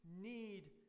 need